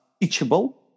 teachable